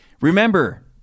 Remember